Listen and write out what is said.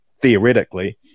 theoretically